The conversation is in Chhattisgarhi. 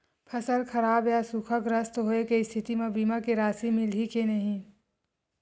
फसल खराब या सूखाग्रस्त होय के स्थिति म बीमा के राशि मिलही के नही?